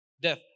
death